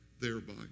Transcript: thereby